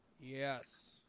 Yes